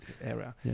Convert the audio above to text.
area